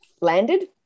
landed